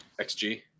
XG